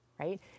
Right